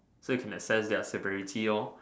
so you can access their severity lor